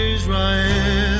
Israel